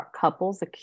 couples